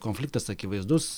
konfliktas akivaizdus